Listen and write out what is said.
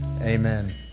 Amen